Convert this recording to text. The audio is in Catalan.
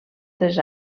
tres